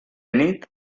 nit